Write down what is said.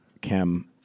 Kim